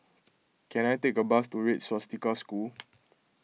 can I take a bus to Red Swastika School